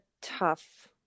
tough